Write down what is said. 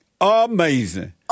Amazing